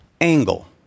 angle